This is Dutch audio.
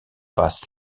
was